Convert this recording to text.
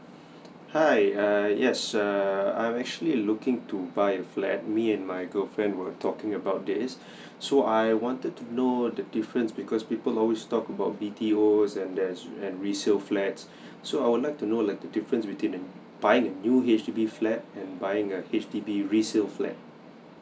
hi err yes err I'm actually looking to buy a flat me and my girlfriend were talking about this so I wanted to know the difference because people always talk about B_T_O and there's and resale flat so I would like to know like the difference between um buying a new H_D_B flat and buying a H_D_B resale flat